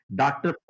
doctor